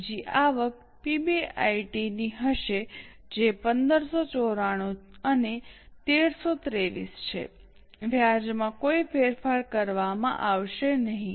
બીજી આવક પીબીઆઈટી ની હશે જે 1594 અને 1323 છે વ્યાજમાં કોઈ ફેરફાર કરવામાં આવશે નહીં